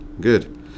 good